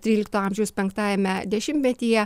trylikto amžiaus penktajame dešimtmetyje